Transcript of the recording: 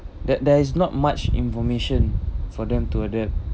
that there is not much information for them to adapt